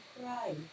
cry